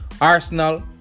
Arsenal